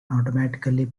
automatically